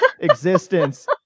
existence